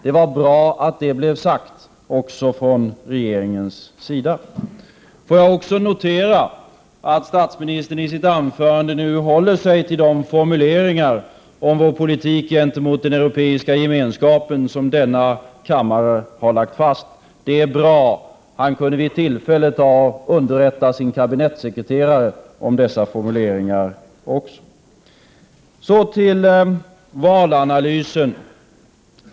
Det var bra att det blev sagt också från regeringens sida. Jag vill också notera att statsministern i sitt anförande höll sig till de formuleringar om vår politik gentemot den Europeiska gemenskapen som denna kammare har lagt fast. Det är bra. Han kunde också vid tillfälle underrätta sin kabinettssekreterare om dessa formuleringar. Så till valanalysen.